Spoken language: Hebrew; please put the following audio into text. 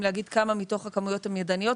להגיד כמה מתוך הכמויות הן ידניות.